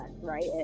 right